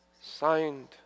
Signed